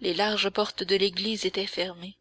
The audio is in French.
les larges portes de l'église étaient fermées